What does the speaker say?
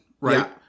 right